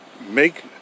make